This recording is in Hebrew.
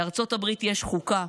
לארצות הברית יש חוקה,